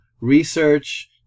research